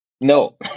No